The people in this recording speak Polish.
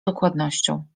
dokładnością